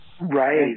Right